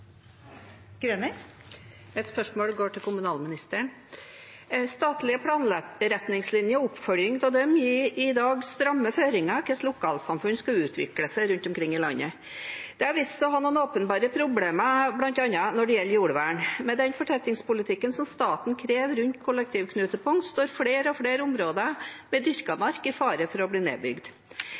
dem gir i dag stramme føringer for hvordan lokalsamfunn skal utvikle seg rundt omkring i landet. Det har vist seg å ha noen åpenbare problemer, bl.a. når det gjelder jordvern. Med den fortettingspolitikken staten krever rundt kollektivknutepunkt, står flere og flere områder med dyrket mark i fare for å bli nedbygd.